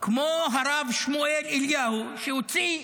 כמו הרב שמואל אליהו, שהוציא,